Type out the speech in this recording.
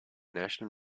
national